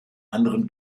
anderen